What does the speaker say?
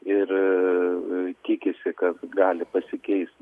ir tikisi kad gali pasikeisti